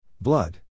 Blood